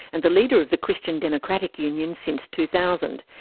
and the leader of the christian democratic union since two thousand.